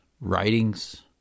writings